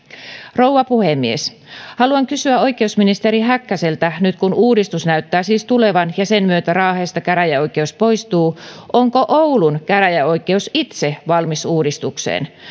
rouva puhemies haluan kysyä oikeusministeri häkkäseltä nyt kun uudistus näyttää siis tulevan ja sen myötä raahesta käräjäoikeus poistuu onko oulun käräjäoikeus itse valmis uudistukseen